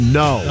no